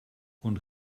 und